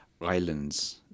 islands